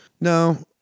No